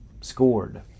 scored